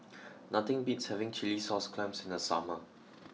nothing beats having Chilli Sauce Clams in the summer